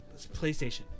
PlayStation